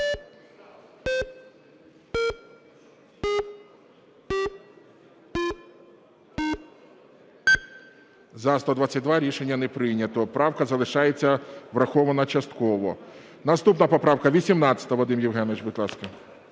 За-122 Рішення не прийнято. Правка залишається врахованою частково. Наступна поправка 18. Вадим Євгенович, будь ласка.